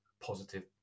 positive